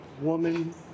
woman